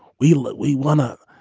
we look we want to,